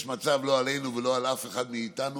יש מצב, לא עלינו ולא על אף אחד מאיתנו,